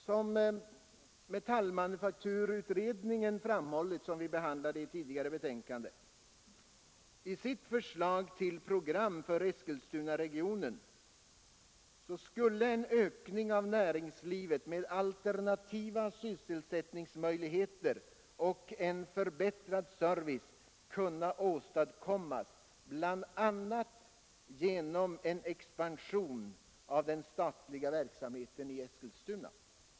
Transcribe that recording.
Som metallmanu Nr 83 fakturutredningen — vilken vi behandlade i ett tidigare betänkande — Torsdagen den framhållit i sitt förslag till program för Eskilstunaregionen skulle en 16 maj 1974 ökning av näringslivet med alternativa sysselsättningsmöjligheter och en förbättrad service kunna åstadkommas bl.a. genom en expansion av den statliga verksamheten i Eskilstuna.